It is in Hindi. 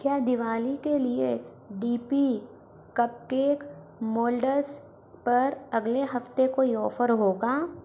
क्या दिवाली के लिए डी पी कपकेक मोल्डस पर अगले हफ़्ते कोई ऑफर होगा